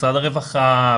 משרד הרווחה,